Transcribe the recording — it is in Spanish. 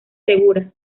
segura